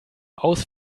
aus